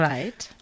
Right